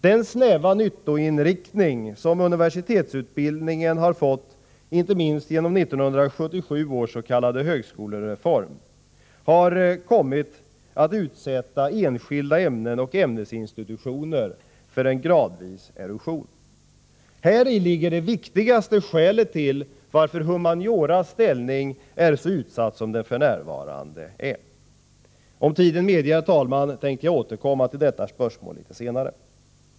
Den snäva nyttoinriktning som universitetsutbildningen har fått, inte minst genom 1977 års s.k. högskolereform, har kommit att utsätta enskilda ämnen och ämnesinstitutioner för en gradvis erosion. Häri ligger det viktigaste skälet till att humanioras ställning är så utsatt som den f.n. är. Om tiden medger, herr talman, tänker jag återkomma till detta spörsmål senare.